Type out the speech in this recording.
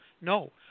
no